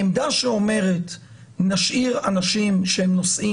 העמדה שאומרת נשאיר אנשים שהם נוסעים